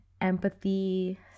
empathy